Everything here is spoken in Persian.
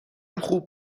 خوب